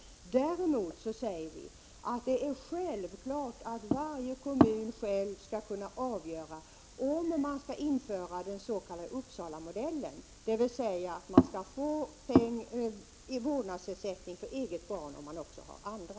Däremot säger vi att det är självklart att varje kommun själv skall kunna avgöra om den s.k. Uppsalamodellen skall införas, dvs. att man skall få vårdnadsersättning för eget barn om man också tar hand om andra.